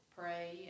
pray